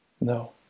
No